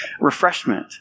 refreshment